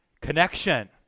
connection